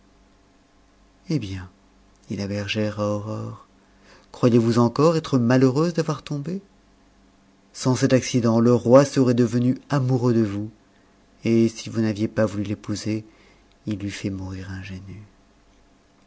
eh bien dit la bergère à aurore croyez-vous encore être malheureuse d'avoir tombé sans cet accident le roi serait devenu amoureux de vous et si vous n'aviez pas voulu l'épouser il eût fait mourir ingénu